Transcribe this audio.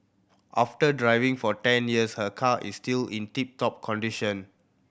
after driving for ten years her car is still in tip top condition